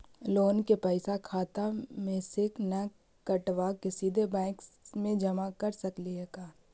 Loan के पैसा खाता मे से न कटवा के सिधे बैंक में जमा कर सकली हे का?